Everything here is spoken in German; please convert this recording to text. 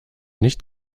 nicht